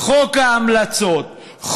חוק ההמלצות,